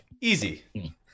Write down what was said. Easy